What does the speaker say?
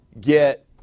get